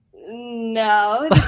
No